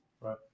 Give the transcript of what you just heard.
right